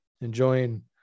enjoying